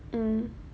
mm